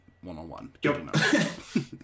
one-on-one